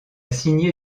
signé